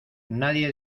nadie